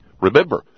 Remember